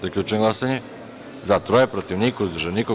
Zaključujem glasanje: za – tri, protiv – niko, uzdržanih – nema.